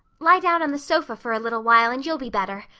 lie down on the sofa for a little while and you'll be better.